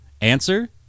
answer